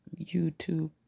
YouTube